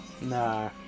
Nah